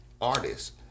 artists